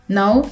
now